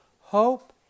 hope